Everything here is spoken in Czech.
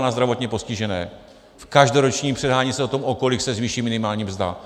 na zdravotně postižené v každoročním předhánění se o tom, o kolik se zvýší minimální mzda.